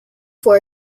for